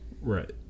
Right